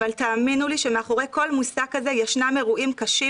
אבל תאמינו לי שמאחורי כל מושג כזה ישנם אירועים קשים,